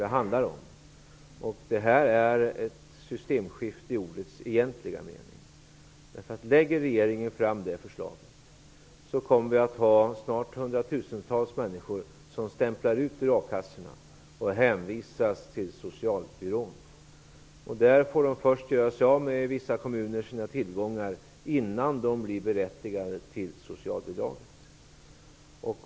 Detta är ett systemskifte i ordets egentliga mening. Om regeringen lägger fram förslaget kommer vi snart att ha hundratusentals människor som stämplar ut ur akassorna och hänvisas till socialbyråerna. I vissa kommuner måste de först göra sig av med sina tillgångar innan de är berättigade till socialbidrag.